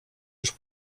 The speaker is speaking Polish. już